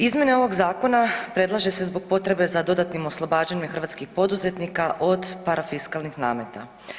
Izmjene ovog zakona predlaže se zbog potrebe za dodatnim oslobađanjem hrvatskih poduzetnika od parafiskalnih nameta.